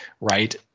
right